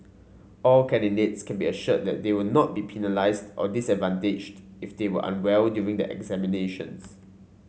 all candidates can be assured that they will not be penalised or disadvantaged if they were unwell during the examinations